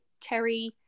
Terry